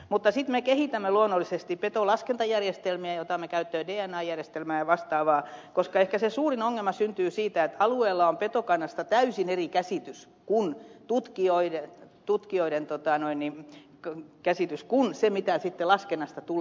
mutta sitten me kehitämme luonnollisesti petolaskentajärjestelmiä ja otamme käyttöön dna järjestelmän ja vastaavaa koska ehkä se suurin ongelma syntyy siitä että tutkijoilla on petokannasta täysin eri käsitys kuin alueella ja kuin se mitä laskennasta tulee